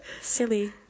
silly